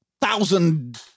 thousand